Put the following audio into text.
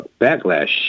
backlash